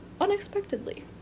unexpectedly